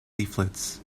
leaflets